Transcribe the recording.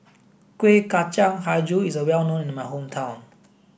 Kuih Kacang Hijau is well known in my hometown